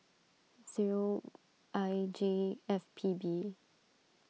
zero I J F P B